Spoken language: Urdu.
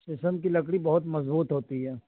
شیشم کی لکڑی بہت مضبوط ہوتی ہے